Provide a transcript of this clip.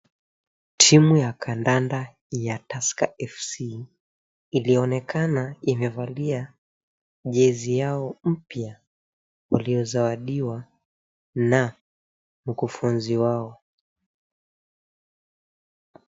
Timu ya kandanda ya Tusker FC ilioneka imevalia jezi yao mpya waliozawadiwa na mkufunzi wao.